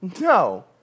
No